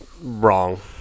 wrong